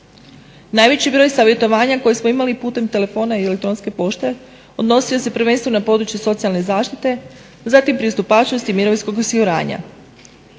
Najveći broj savjetovanja koji smo imali putem telefona i elektronske pošte odnosi se prvenstveno na područje socijalne zaštite, zatim pristupačnosti mirovinskog osiguranja.